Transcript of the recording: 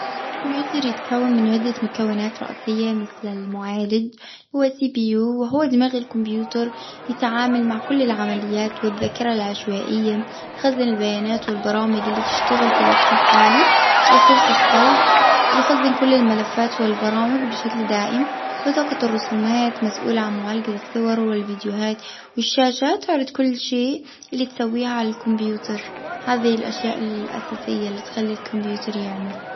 الكمبيوتر يتكون من عدة مكونات رئيسية مثل المعالج و CPU. وهو دماغ الكمبيوتر، يتعامل مع كل العمليات. والذاكرة العشوائية، تخزن البيانات، والبرامج اللي تشتغل في الوقت الحالي. القرص الصلب يخزن كل الملفات والبرامج بشكل دائم. بطاقة الرسومات مسؤولة عن معالجة الصور والڤيديوهات. والشاشة تعرض كل شي، اللي تسويها على الكمبيوتر. هذه الأشياء الأساسية، اللي تخلي الكمبيوتر يعمل.